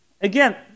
again